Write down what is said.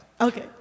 Okay